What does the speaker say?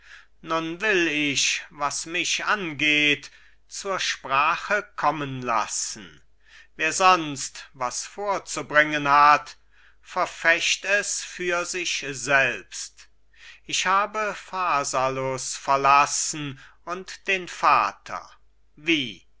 nun will ich was mich angeht zur sprache kommen lassen wer sonst was vorzubringen hat verfecht es für sich selbst ich habe pharsalus verlassen und den vater wie